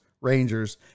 Rangers